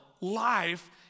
life